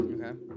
Okay